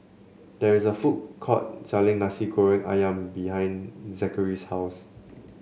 there is a food court selling Nasi Goreng ayam behind Zachary's house